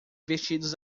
vestidos